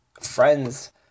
friends